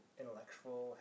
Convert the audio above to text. intellectual